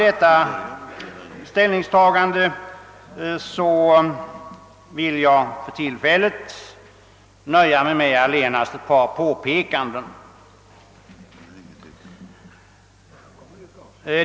För tillfället vill jag emellertid nöja mig med allenast ett par påpekanden.